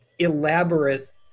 Elaborate